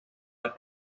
del